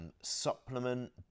supplement